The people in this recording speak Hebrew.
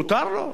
מותר לו.